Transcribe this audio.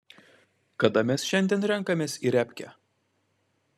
kada mes šiandien renkamės į repkę